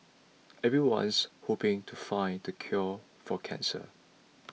everyone's hoping to find the cure for cancer